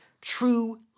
True